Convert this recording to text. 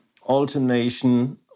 alternation